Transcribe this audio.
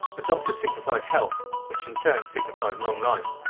a doctor signifies health which in turn signifies long life.